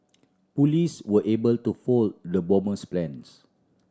police were able to foil the bomber's plans